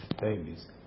babies